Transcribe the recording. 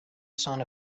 son